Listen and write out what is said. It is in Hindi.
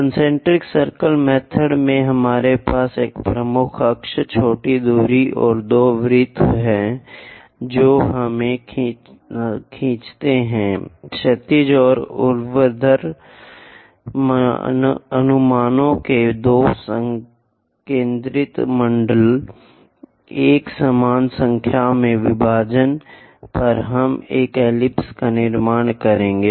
कन्सेन्ट्रिक सर्किल मेथड में हमारे पास एक प्रमुख अक्ष छोटी धुरी और दो वृत्त हैं जो हम खींचते हैं क्षैतिज और ऊर्ध्वाधर अनुमानों के दो संकेंद्रित मंडल समान संख्या में विभाजनों पर हम इन एलिप्स का निर्माण करेंगे